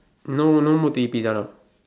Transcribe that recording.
no no mood to eat pizza now